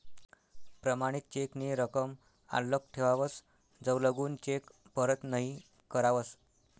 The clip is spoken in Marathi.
प्रमाणित चेक नी रकम आल्लक ठेवावस जवलगून चेक परत नहीं करावस